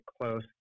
close